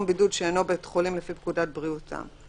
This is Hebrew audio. בידוד שאינו בית חולים לפי פקודת בריאות העם.